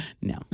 No